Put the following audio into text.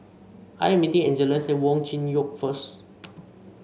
I am meeting Angeles at Wong Chin Yoke Road first